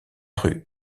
rue